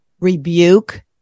rebuke